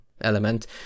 element